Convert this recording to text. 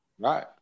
right